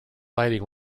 lighting